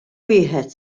wieħed